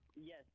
Yes